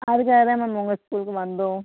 அதுக்காக தான் மேம் உங்கள் ஸ்கூலுக்கு வந்தோம்